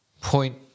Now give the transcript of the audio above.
point